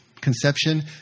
conception